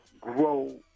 grow